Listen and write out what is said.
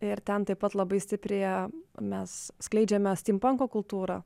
ir ten taip pat labai stiprėja mes skleidžiame stimpanko kultūrą